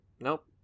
nope